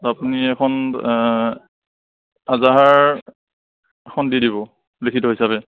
আপুনি এখন এজাহাৰ এখন দি দিব লিখিত হিচাপে